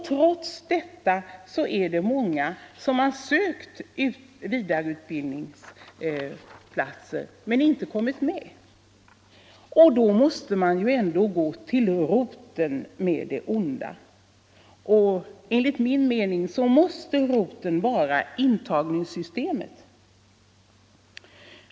Trots detta är det många som har sökt till vidareutbildningsplatser men inte kommit med. När jag sökt efter roten till det onda har jag funnit att det är intagningssystemet som inte fungerar.